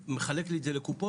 מחלק לי את זה לקופות,